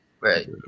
right